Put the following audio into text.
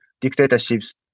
dictatorships